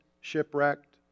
shipwrecked